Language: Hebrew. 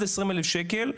עד 20 אלף שקל,